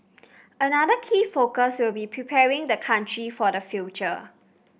another key focus will be preparing the country for the future